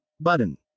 Button